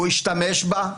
הוא ישתמש בה.